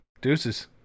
Deuces